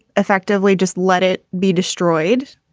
effectively just let it be destroyed,